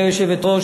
גברתי היושבת-ראש,